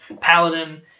Paladin